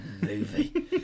movie